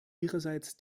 ihrerseits